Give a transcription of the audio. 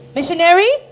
Missionary